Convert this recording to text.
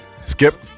Skip